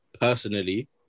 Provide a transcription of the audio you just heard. personally